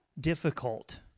difficult